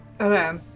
Okay